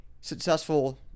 successful